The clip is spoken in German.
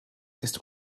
ist